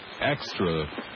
extra